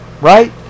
right